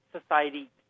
society